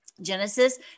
Genesis